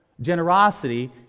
Generosity